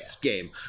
game